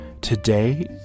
Today